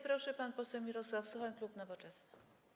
Proszę, pan poseł Mirosław Suchoń, klub Nowoczesna.